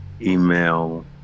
email